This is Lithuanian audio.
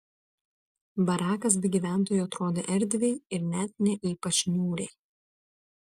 barakas be gyventojų atrodė erdviai ir net ne ypač niūriai